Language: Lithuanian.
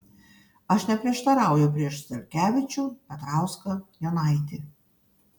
aš neprieštarauju prieš zelkevičių petrauską jonaitį